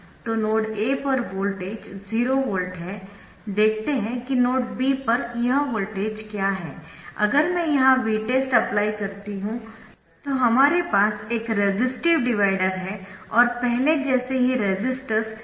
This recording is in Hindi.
तो नोड A पर वोल्टेज 0 वोल्ट है देखते है कि नोड B पर यह वोल्टेज क्या है अगर मैं यहां Vtest अप्लाई करती हूं तो हमारे पास एक रेसिस्टिव डिवाइडर है और पहले जैसे ही रेसिस्टर्स R और R है